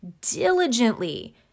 diligently